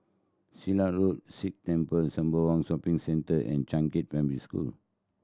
Silat Road Sikh Temple Sembawang Shopping Centre and Changkat Primary School